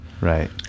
Right